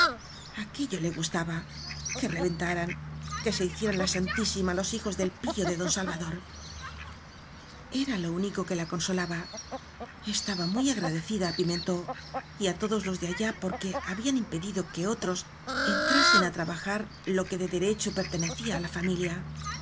verdad aquello le gustaba que reventaran que se hicieran la santísima los hijos del pillo de don salvador era lo único que la consolaba estaba muy agredecida á pimentó y á todos los de allá porque habían impedido que otros entrasen á trabajar lo que de derecho pertenecía á la familia